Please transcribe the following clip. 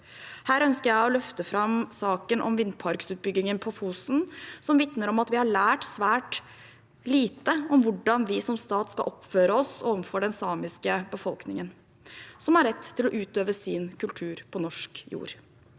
Her ønsker jeg å løfte fram saken om vindparkutbyggingen på Fosen, som vitner om at vi har lært svært lite om hvordan vi som stat skal oppføre oss overfor den samiske befolkningen, som har rett til å utøve sin kultur på norsk jord.